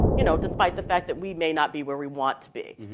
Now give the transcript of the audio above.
you know despite the fact that we may not be where we want to be.